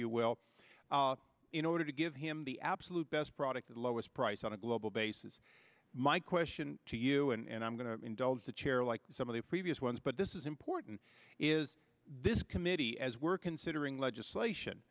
you will in order to give him the absolute best product at the lowest price on a global basis my question to you and i'm going to indulge the chair like some of the previous ones but this is important is this committee as we're considering legislation